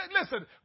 Listen